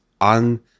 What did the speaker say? on